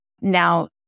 Now